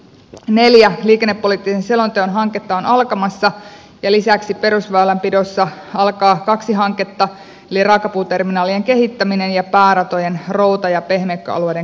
neljä liikennepoliittisen selonteon hanketta on alkamassa ja lisäksi perusväylänpidossa alkaa kaksi hanketta eli raakapuuterminaalien kehittäminen ja pääratojen routa ja pehmeikköalueiden korjaukset